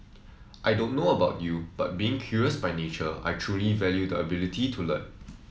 I don't know about you but being curious by nature I truly value the ability to learn